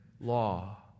law